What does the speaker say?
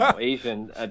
Asian